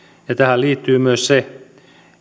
ja tähän liittyy myös se